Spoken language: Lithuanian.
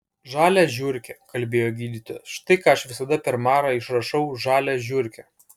žalią žiurkę kalbėjo gydytojas štai ką aš visada per marą išrašau žalią žiurkę